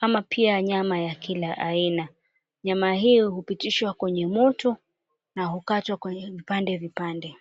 ama pia nyama ya kila aina. Nyama hii hupitishwa kwenye moto na hukatwa kwenye vipande vipande.